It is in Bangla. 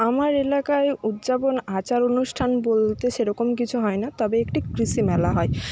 আমার এলাকায় উদযাপন আচার অনুষ্ঠান বলতে সেরকম কিছুই হয় না তবে একটি কৃষি মেলা হয়